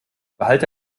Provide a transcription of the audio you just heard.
behalte